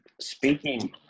speaking